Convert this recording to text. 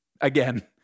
again